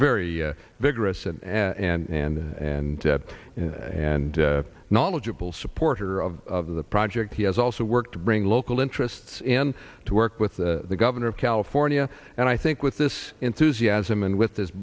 very vigorous and and and and knowledgeable supporter of the project he has also worked to bring local interests in to work with the governor of california and i think with this enthusiasm and with this